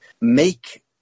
make